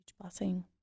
blessing